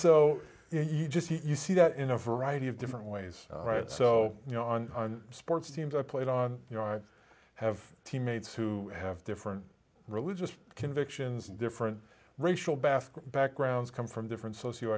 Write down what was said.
so you just you see that in a variety of different ways right so you know on sports teams i played on you know i have teammates who have different religious convictions and different racial basket backgrounds come from different socio